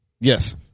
Yes